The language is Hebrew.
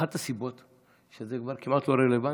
אחת הסיבות היא שזה כבר כמעט לא רלוונטי.